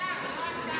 השר, לא אתה.